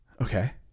Okay